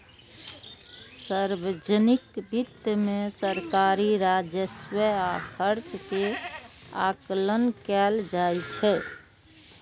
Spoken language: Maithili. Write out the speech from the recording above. सार्वजनिक वित्त मे सरकारी राजस्व आ खर्च के आकलन कैल जाइ छै